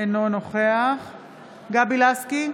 אינו נוכח גבי לסקי,